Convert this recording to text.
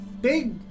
Big